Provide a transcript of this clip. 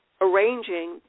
arranging